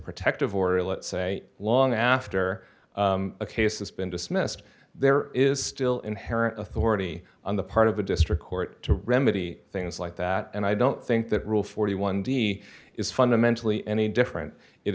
protective order let's say long after a case has been dismissed there is still inherent authority on the part of the district court to remedy things like that and i don't think that rule forty one d is fundamentally any different it